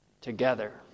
together